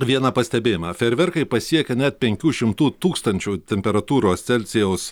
vieną pastebėjimą fejerverkai pasiekia net penkių šimtų tūkstančių temperatūros celsijaus